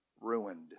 ruined